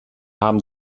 haben